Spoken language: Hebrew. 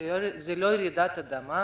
זה לא רעידת אדמה,